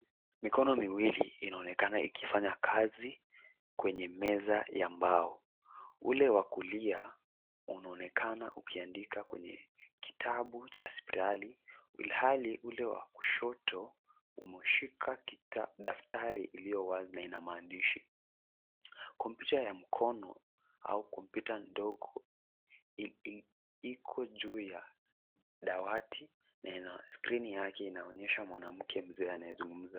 Mikono miwili inaonekana ikifanya kazi kwenye meza ya mbao, ule wa kulia unaonekana ukiandika kwenye kitabu cha spirali ilhali ule wa kushoto umeshika daftari iliyo wazi na ina maandishi. Kompyuta ya mkono au kompyuta ndogo iko juu ya dawati na skrini yake inaonyesha mwanamke mzee anayezungumza.